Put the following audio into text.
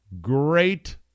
Great